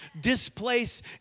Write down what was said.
displace